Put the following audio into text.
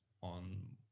on